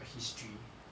or history